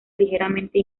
ligeramente